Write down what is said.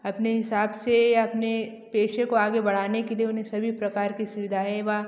अपने हिसाब से या अपने पेशे को आगे बढ़ाने के लिए उन्हें सभी प्रकार कि सुविधाएं वा